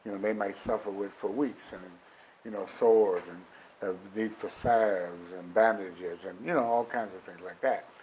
they might suffer with for weeks. and and you know sores and a need for salves and bandages and you know all kinds of things like that.